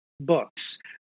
books